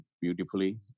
beautifully